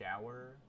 shower